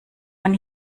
man